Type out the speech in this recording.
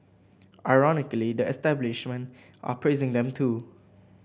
ironically the establishment are praising them too